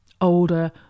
older